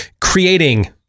creating